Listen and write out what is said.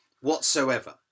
whatsoever